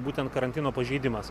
būtent karantino pažeidimas